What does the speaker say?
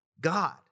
God